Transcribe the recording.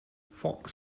fox